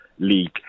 League